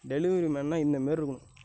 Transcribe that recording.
delivery மேன்னா இந்தமாரி இருக்கணும்